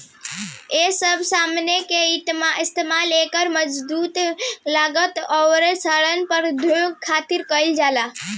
ए सब समान के इस्तमाल एकर मजबूती, लागत, आउर संरक्षण प्रतिरोध खातिर कईल जाला